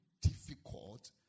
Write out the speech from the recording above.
difficult